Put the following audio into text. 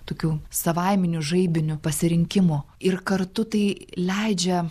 tokių savaiminių žaibinių pasirinkimų ir kartu tai leidžia